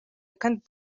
akarengane